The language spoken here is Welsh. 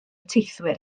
teithwyr